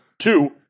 Two